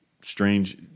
strange